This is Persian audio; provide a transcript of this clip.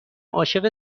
عاشق